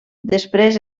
després